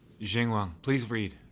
xinguang, please read.